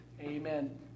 Amen